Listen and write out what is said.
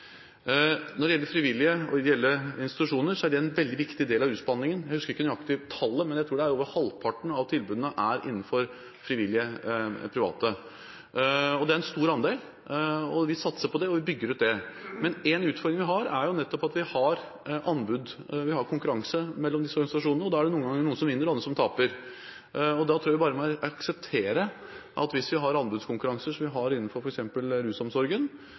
Når det gjelder frivillige og ideelle institusjoner, er det en veldig viktig del av rusbehandlingen. Jeg husker ikke nøyaktig tallet, men jeg tror over halvparten av tilbudene er innenfor frivillige private. Det er en stor andel, og vi satser på det og bygger det ut. Men en utfordring vi har, er nettopp at vi har anbud, konkurranse, mellom disse organisasjonene. Da er det noen som vinner og andre som taper. Da tror jeg bare vi må akseptere at hvis vi har anbudskonkurranser, som vi har innenfor f.eks. rusomsorgen,